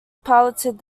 piloted